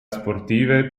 sportive